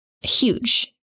huge